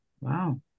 Wow